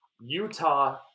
Utah